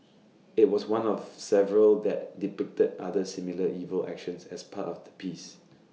IT was one of several that depicted other similarly evil actions as part of the piece